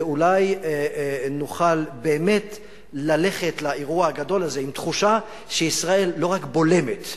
ואולי נוכל ללכת לאירוע הגדול הזה עם תחושה שישראל לא רק בולמת,